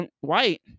white